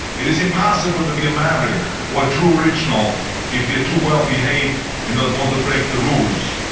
it is impossible to be a maverick or a true original if you're too well-behaved and don't want to break the rules.